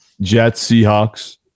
Jets-Seahawks